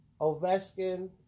Oveskin